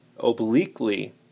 Obliquely